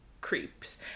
creeps